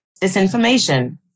disinformation